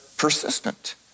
persistent